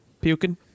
Puking